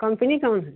company कौन है